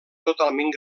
totalment